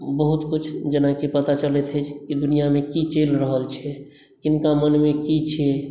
बहुत किछु जेनाकि पता चलैत अछि की दुनियामे की चलि रहल छै किनका मोनमे की छै